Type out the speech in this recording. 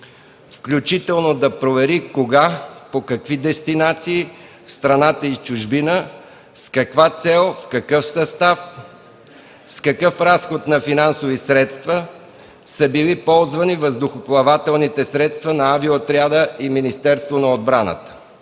включително да провери кога, по какви дестинации (в страната и чужбина), с каква цел, в какъв състав, с какъв разход на финансови средства са били ползвани въздухоплавателните средства на авиоотряда и Министерството на отбраната.